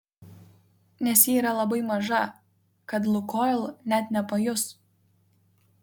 nes ji yra labai maža kad lukoil net nepajus